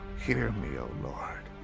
hear me, o lord.